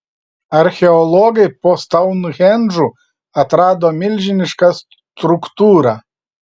archeologai po stounhendžu atrado milžinišką struktūrą